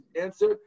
answer